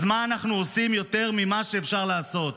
אז מה אנחנו עושים יותר ממה שאפשר לעשות?